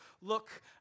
look